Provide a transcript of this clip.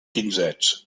quinzets